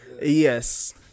Yes